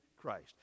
Christ